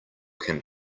can